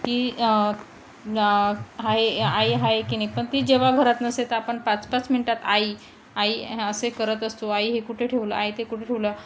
की हाए आई हाए की नाही पन ती जेव्हा घरात नसे आपन पाच पाच मिनटात आई आई असे करत असतो आई हे कुठे ठेवलं आय ते कुठे ठेवलं